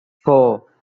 four